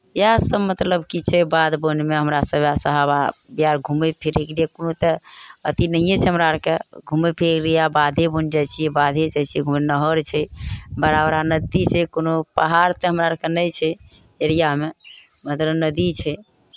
इएहसभ मतलब कि छै बाध वनमे हमरा सभ उएहसँ हवा या घूमय फिरयके लिए कोनो तऽ अथी नहिए छै हमरा आरकेँ घूमय फिरय लए इएह बाधे वन जाइ छियै बाधे जाइ छियै एगो नहर छै बड़ा बड़ा नदी छै कोनो पहाड़ तऽ हमरा आरके नहि छै एरियामे मतलब नदी छै